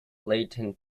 leyton